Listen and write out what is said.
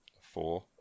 Four